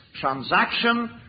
transaction